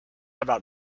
about